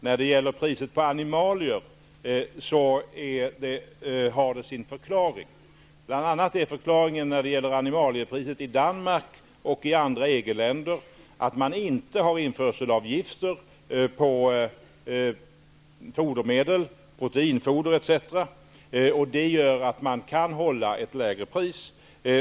När det gäller priset på animalier har det sin förklaring. Förklaringen när det gäller animaliepriset i bl.a. Danmark och andra EG länder är att man inte har införselavgifter på fodermedel -- proteinfoder etc. -- vilket gör att man kan hålla ett lägre pris.